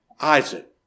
Isaac